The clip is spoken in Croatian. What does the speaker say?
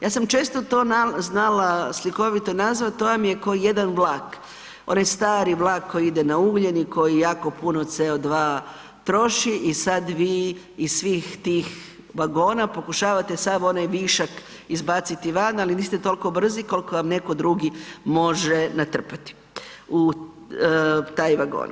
Ja sam često to znala slikovito nazvat, to vam je ko jedna vlak, onaj stari vlak koji ide na ugljen i koji jako puno CO2 troši i sad vi iz svih tih vagona pokušavate sav onaj višak izbaciti van ali niste toliko brzi koliko vam netko drugi može natrpati u taj vagon.